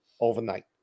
overnight